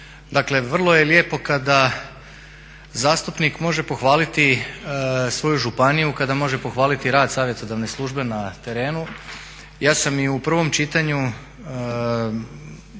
Dakle, vrlo je lijepo kada zastupnik može pohvaliti svoju županiju, kada može pohvaliti rad savjetodavne službe na terenu. Ja sam i u prvom čitanju spomenuo,